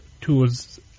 tools